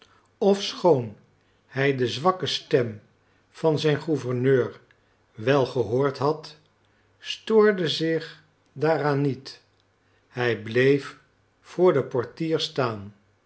ofschoon hij de zwakke stem van zijn gouverneur wel gehoord had stoorde zich daaraan niet hij bleef voor den portier staan